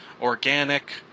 organic